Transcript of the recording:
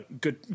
Good